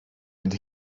mynd